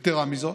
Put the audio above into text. יתרה מזו,